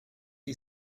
you